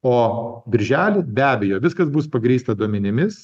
o birželį be abejo viskas bus pagrįsta duomenimis